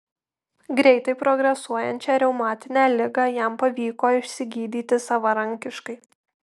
greitai progresuojančią reumatinę ligą jam pavyko išsigydyti savarankiškai